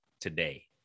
today